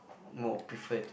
more preferred